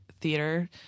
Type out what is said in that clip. theater